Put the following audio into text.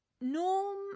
Norm